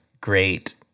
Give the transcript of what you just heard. great